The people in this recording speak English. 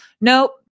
Nope